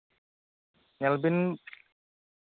ᱧᱮᱞᱵᱤᱱ